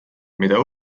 mida